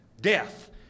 death